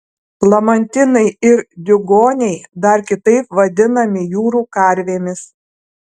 lamantinai ir diugoniai dar kitaip vadinami jūrų karvėmis